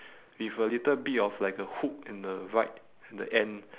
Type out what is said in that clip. with a little bit of like a hook in the right in the end